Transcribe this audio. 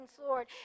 Lord